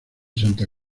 santa